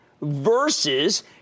versus